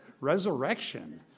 resurrection